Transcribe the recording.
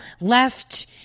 left